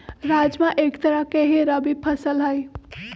राजमा एक तरह के ही रबी फसल हई